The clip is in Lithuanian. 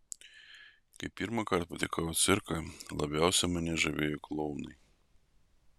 kai pirmąkart patekau į cirką labiausiai mane žavėjo klounai